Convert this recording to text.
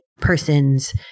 person's